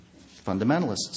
fundamentalists